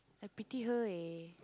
I pity her eh